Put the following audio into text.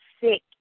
sick